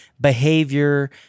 behavior